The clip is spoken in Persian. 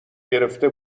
گرفته